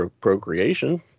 procreation